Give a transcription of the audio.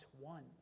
one